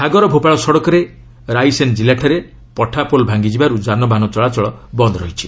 ସାଗର ଭୋପାଳ ସଡ଼କରେ ରାଇସେନ୍ ଜିଲ୍ଲାଠାରେ ପଠାପୋଲ ଭାଙ୍ଗିଯିବାରୁ ଯାନବାହନ ଚଳାଚଳ ବନ୍ଦ୍ ରହିଛି